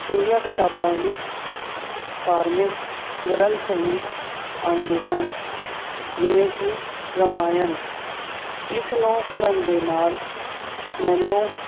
ਚੰਗੀਆਂ ਕਿਤਾਬਾਂ ਵਿੱਚ ਧਾਰਮਿਕ ਗ੍ਰੰਥ ਵੀ ਆਉਂਦੇ ਹਨ ਜਿਵੇਂ ਕਿ ਰਮਾਇਣ ਇਸ ਨੂੰ ਪੜ੍ਹਨ ਦੇ ਨਾਲ ਮੈਨੂੰ